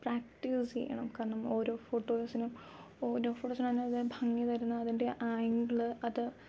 practice ചെയ്യണം കാരണം ഓരോ ഫോട്ടോസിനും ഓരോ ഫോട്ടോസിനും അതിന്റെതായ ഭംഗി തരുന്നത് അതിൻ്റെ ആംഗിള് അത്